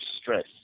stress